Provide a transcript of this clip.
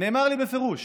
נאמר לי בפירוש